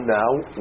now